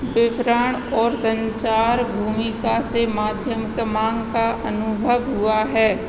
वितरण और संचार भूमिका से माध्यम के माँग का अनुभव हुआ है